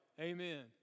amen